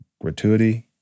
gratuity